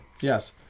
Yes